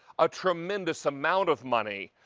a tremendous amount of money.